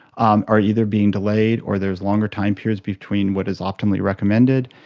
um are either being delayed or there is longer time periods between what is optimally recommended,